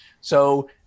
So-